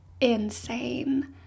insane